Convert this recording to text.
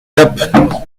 gap